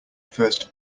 first